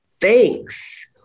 thanks